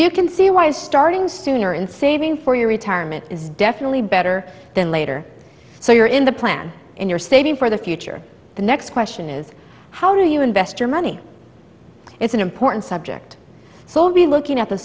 you can see why it's starting sooner in saving for your retirement is definitely better than later so you're in the plan and you're saving for the future the next question is how do you invest your money it's an important subject so be looking at the